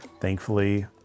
thankfully